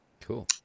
Cool